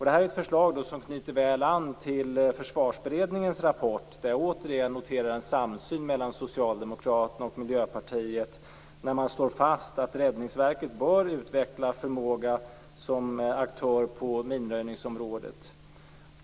Det här är ett förslag som knyter väl an till Försvarsberedningens rapport, där jag återigen noterar en samsyn mellan Socialdemokraterna och Miljöpartiet när man slår fast att Räddningsverket bör utveckla en förmåga som aktör på minröjningsområdet.